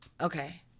okay